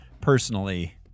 personally